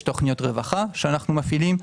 יש תוכניות הרווחה שאנו מפעילים.